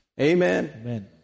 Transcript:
Amen